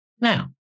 Now